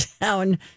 down